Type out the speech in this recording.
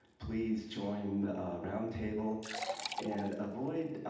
please join the roundtable and avoid,